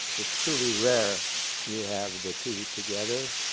it's truly rare you have the two together.